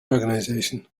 organization